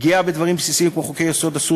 פגיעה בדברים בסיסיים כמו חוקי-יסוד אסור